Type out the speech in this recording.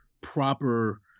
proper